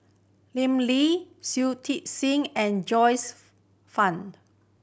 Lim Lee Shui Tit Sing and Joyce Fan